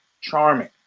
charming